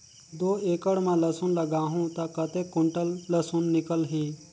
दो एकड़ मां लसुन लगाहूं ता कतेक कुंटल लसुन निकल ही?